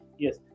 yes